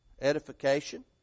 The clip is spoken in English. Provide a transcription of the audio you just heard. edification